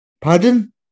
Pardon